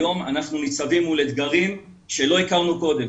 היום אנחנו ניצבים מול אתגרים שלא הכרנו קודם.